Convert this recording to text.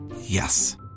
Yes